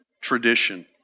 tradition